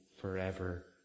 forever